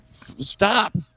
Stop